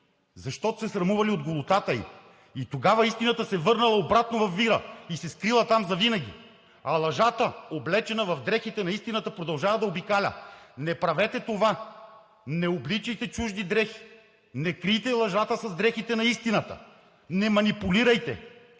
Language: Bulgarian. защото се срамували от голотата ѝ. Тогава Истината се върнала обратно във вира и се скрила там завинаги, а Лъжата, облечена в дрехите на Истината, продължава да обикаля. Не правете това! Не обличайте чужди дрехи! Не крийте лъжата с дрехите на истината! Не манипулирайте!